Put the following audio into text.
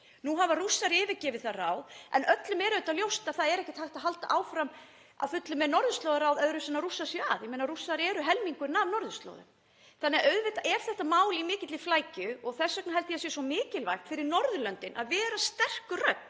Nú hafa Rússar yfirgefið það ráð en öllum er ljóst að það er ekkert hægt að halda áfram að fullu með Norðurskautsráðið öðruvísi en að Rússar séu hluti af því. Rússar eru helmingurinn af norðurslóðum þannig að auðvitað er þetta mál í mikilli flækju. Þess vegna held ég að það sé svo mikilvægt fyrir Norðurlöndin að vera sterk rödd